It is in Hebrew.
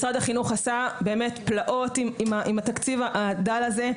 משרד החינוך עשה פלאות עם התקציב הדל הזה.